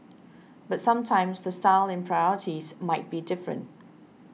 but sometimes the style and priorities might be different